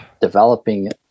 developing